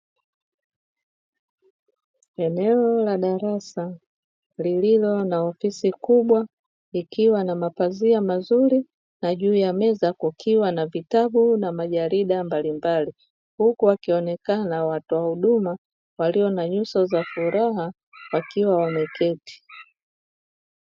Eneo la darasa lililo na ofisi kubwa, ikiwa na mapazia mazuri na juu ya meza kukiwa na vitabu na majarida mbalimbali, huku wakionekana watoa huduma walio na nyuso za furaha, wakiwa wameketi.